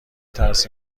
ترس